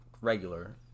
regular